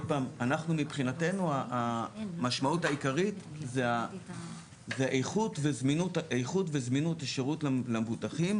מבחינתנו המשמעות העיקרית זה איכות וזמינות השירות למבוטחים.